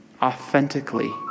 authentically